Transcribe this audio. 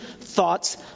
thoughts